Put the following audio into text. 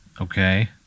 Okay